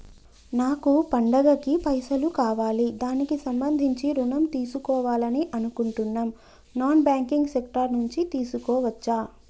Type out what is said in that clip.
నాకు పండగ కి పైసలు కావాలి దానికి సంబంధించి ఋణం తీసుకోవాలని అనుకుంటున్నం నాన్ బ్యాంకింగ్ సెక్టార్ నుంచి తీసుకోవచ్చా?